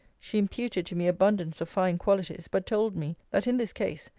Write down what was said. she imputed to me abundance of fine qualities but told me, that, in this case,